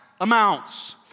amounts